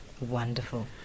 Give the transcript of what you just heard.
Wonderful